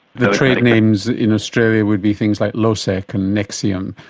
the trade names in australia would be things like losec and nexium,